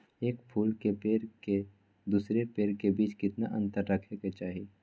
एक फुल के पेड़ के दूसरे पेड़ के बीज केतना अंतर रखके चाहि?